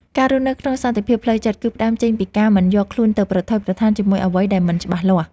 ការរស់នៅក្នុងសន្តិភាពផ្លូវចិត្តគឺផ្ដើមចេញពីការមិនយកខ្លួនទៅប្រថុយប្រថានជាមួយអ្វីដែលមិនច្បាស់លាស់។